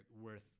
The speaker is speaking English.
worth